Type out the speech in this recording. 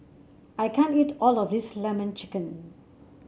I can't eat all of this lemon chicken